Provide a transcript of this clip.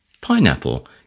Pineapple